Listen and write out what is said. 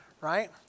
right